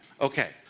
Okay